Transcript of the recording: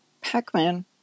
Pac-Man